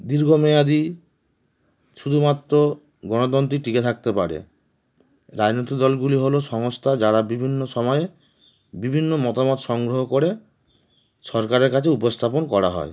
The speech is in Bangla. দীর্ঘ মেয়াদী শুধুমাত্র গণতন্ত্রই টিকে থাকতে পারে রাজনৈতিক দলগুলি হল সংস্থা যারা বিভিন্ন সময়ে বিভিন্ন মতামত সংগ্রহ করে সরকারের কাছে উপস্থাপন করা হয়